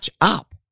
up